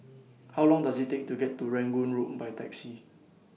How Long Does IT Take to get to Rangoon Road By Taxi